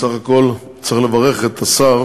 בסך הכול צריך לברך את השר